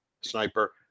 sniper